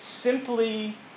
simply